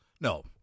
No